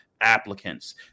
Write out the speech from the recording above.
applicants